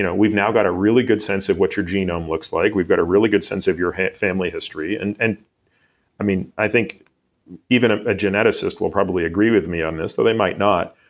you know we've now got a really good sense of what your genome looks like. we've got a really good sense of your family history. and and i mean, i think even ah a geneticist will probably agree with me on this, though they might not,